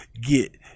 get